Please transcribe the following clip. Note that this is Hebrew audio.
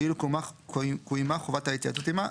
כאילו קוימה חובת ההתייעצות עמה,